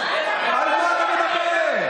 על מה ואיך?